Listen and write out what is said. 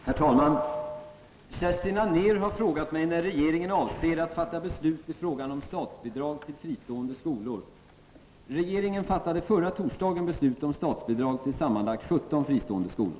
Herr talman! Kerstin Anér har frågat mig när regeringen avser att fatta beslut i frågan om statsbidrag till fristående skolor.